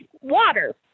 water